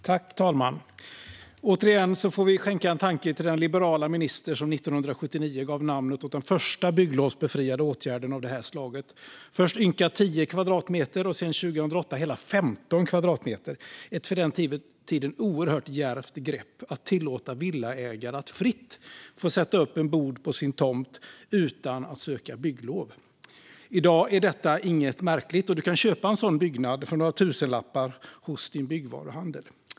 Fru talman! Återigen får vi skänka den liberala minister som 1979 gav namnet åt den första bygglovsbefriade byggnaden av detta slag en tanke. Först var den ynka 10 kvadratmeter, och 2008 blev den hela 15 kvadratmeter. Det var ett för den tiden oerhört djärvt grepp att tillåta villaägare att sätta upp en bod på sin tomt utan att söka bygglov. I dag är detta inget märkligt, och du kan köpa en sådan byggnad för några tusenlappar i din byggvaruhandel.